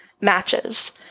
matches